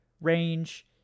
range